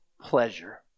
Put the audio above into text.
pleasure